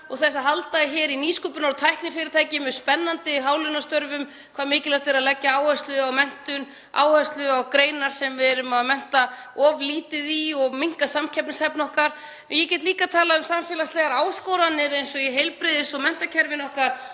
til þess að halda hér í nýsköpunar- og tæknifyrirtæki með spennandi hálaunastörfum og hversu mikilvægt það er að leggja áherslu á menntun, leggja áherslu á greinar sem við erum að mennta of lítið í og minnkar samkeppnishæfni okkar. Ég get líka talað um samfélagslegar áskoranir eins og í heilbrigðis- og menntakerfinu,